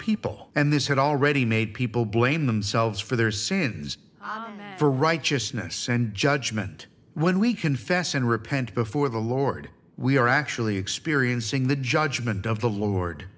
people and this had already made people blame themselves for their sins for righteousness and judgment when we confess and repent before the lord we are actually experiencing the judgment of the lord